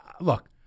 look